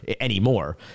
anymore